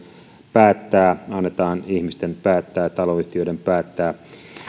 päättää annetaan ihmisten päättää ja taloyhtiöiden päättää